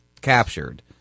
captured